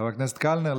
חבר הכנסת קלנר,